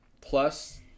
plus